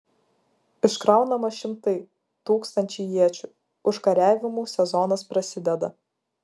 iškraunama šimtai tūkstančiai iečių užkariavimų sezonas prasideda